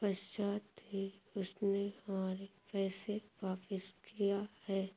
पश्चात ही उसने हमारे पैसे वापिस किया हैं